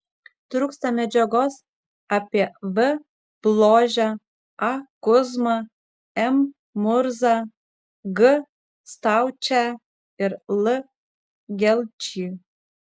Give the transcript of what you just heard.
trūksta medžiagos apie v bložę a kuzmą m murzą g staučę ir l gelčį